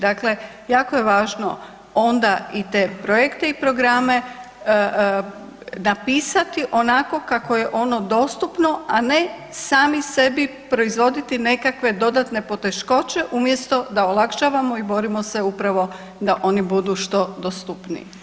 Dakle, jako je važno onda i te projekte i programe napisati onako kako je ono dostupno, a ne sami sebi proizvoditi nekakve dodatne poteškoće umjesto da olakšavamo i borimo se upravo da oni budu što dostupniji.